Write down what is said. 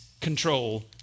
control